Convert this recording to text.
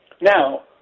Now